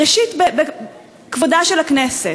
ראשית, כבודה של הכנסת.